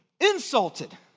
insulted